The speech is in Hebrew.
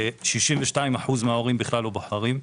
62% מההורים כלל לא בוחרים.